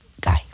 guy